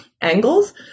angles